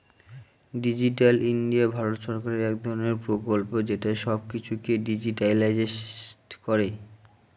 digital India Bharat সরকারের এক ধরনের প্রকল্প যেটা সব কিছুকে ডিজিট্যালাইসড করে